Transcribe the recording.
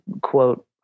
quote